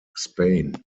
spain